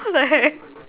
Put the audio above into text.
what the heck